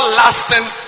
lasting